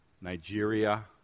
Nigeria